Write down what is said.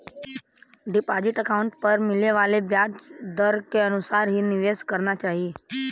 deposit account पर मिले वाले ब्याज दर के अनुसार ही निवेश करना चाही